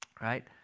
Right